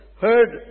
heard